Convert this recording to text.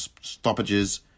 stoppages